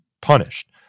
punished